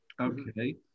Okay